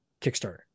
Kickstarter